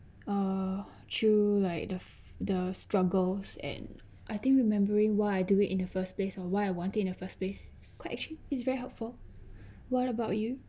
uh through like the the struggles and I think remembering why I do it in the first place or why I wanted in the first place it's quite actually it's very helpful what about you